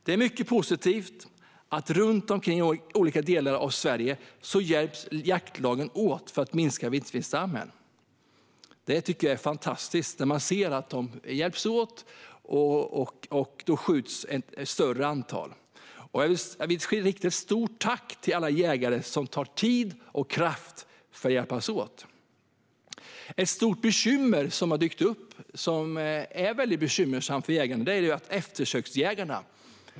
Det är mycket positivt att jaktlagen i olika delar av Sverige hjälps åt för att minska vildsvinsstammen. Jag tycker att det är fantastiskt att se hur de hjälps åt och att ett större antal vildsvin då skjuts. Jag vill rikta ett stort tack till alla jägare som lägger tid och kraft på att hjälpas åt. Ett stort problem som har dykt upp och som är väldigt bekymmersamt för jägarna gäller eftersöksjägarna.